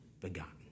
begotten